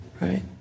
right